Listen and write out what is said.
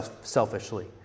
selfishly